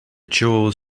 jewels